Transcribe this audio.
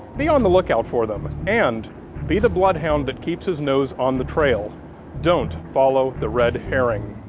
be on the lookout for them. and be the bloodhound that keeps his nose on the trail don't follow the red herring.